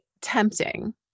tempting